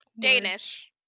Danish